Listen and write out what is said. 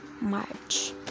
march